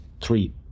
three